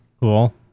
cool